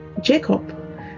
Jacob